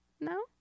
No